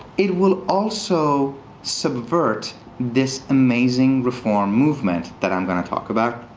it will also subvert this amazing, reform movement that i'm going to talk about.